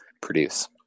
produce